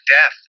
Death